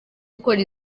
gukora